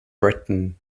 britain